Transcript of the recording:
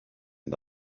and